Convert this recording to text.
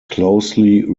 closely